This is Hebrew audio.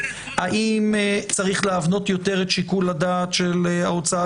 האם צריך להבנות יותר את שיקול הדעת של ההוצאה